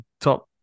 top